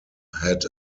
had